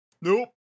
Nope